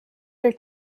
their